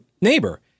neighbor